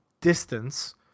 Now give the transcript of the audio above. distance